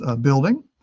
building